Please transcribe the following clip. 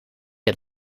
het